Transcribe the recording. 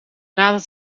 nadat